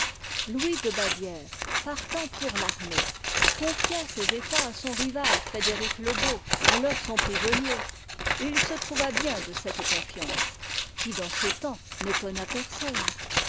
louis de bavière partant pour l'armée confia l'administrationde ses états à son rival frédéric e beau alors son prisonnier et il se trouva bien de cette confiance qui dans ce temps n'étonna